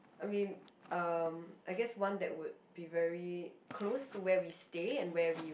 I mean um I guess that one would be very close to where we stay and where we